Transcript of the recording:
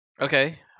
Okay